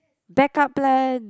back up plan